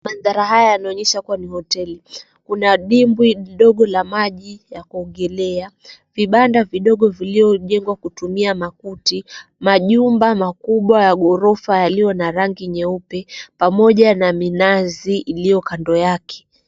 Manthari haya yanaonyesha kuwa hotelini kuna dimbwi dogo la maji ya kuogelea, vibanda vidogo viliojengwa kutumia makuti, majumba makubwa ya ghorofa yaliyo na rangi nyeupe, pamoja na minazi iliyo kando yake.